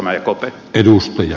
arvoisa puhemies